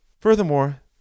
Furthermore